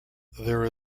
there